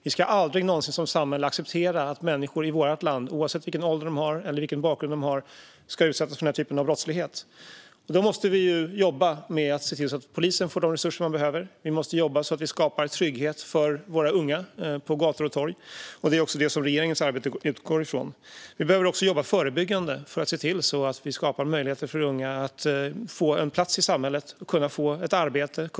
Vi ska aldrig någonsin som samhälle acceptera att människor i vårt land, oavsett vilken ålder de har och vilken bakgrund de har, utsätts för den här typen av brottslighet. Då måste vi jobba med att se till att polisen får de resurser den behöver. Vi måste jobba så att vi skapar trygghet för våra unga på gator och torg. Det är också det som regeringens arbete utgår från. Vi behöver även jobba förebyggande för att skapa möjligheter för unga att få en plats i samhället och få ett arbete.